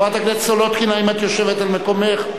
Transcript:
חברת הכנסת סולודקין, האם את יושבת על מקומך?